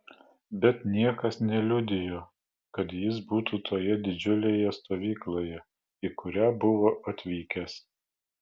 bet niekas neliudijo kad jis būtų toje didžiulėje stovykloje į kurią buvo atvykęs